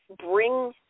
bring